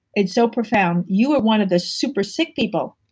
it's so profound you are one of the super sick people.